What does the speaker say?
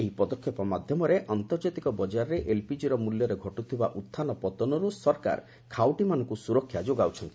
ଏହି ପଦକ୍ଷେପ ମାଧ୍ୟମରେ ଆନ୍ତର୍ଜାତିକ ବଜାରରେ ଏଲ୍ପିକିର ମୂଲ୍ୟରେ ଘଟୁଥିବା ଉହ୍ଚାନ ପତନରୁ ସରକାର ଖାଉଟିମାନଙ୍କୁ ସୁରକ୍ଷା ଯୋଗାଉଛନ୍ତି